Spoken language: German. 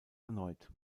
erneut